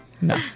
No